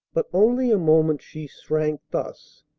but only a moment she shrank thus.